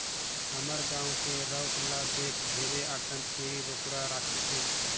हमर गाँव के राउत ल देख ढेरे अकन छेरी बोकरा राखिसे